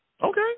Okay